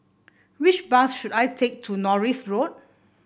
which bus should I take to Norris Road